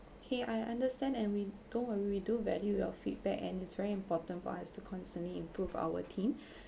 okay I understand and we don't worry do value your feedback and it's very important for us to constantly improve our team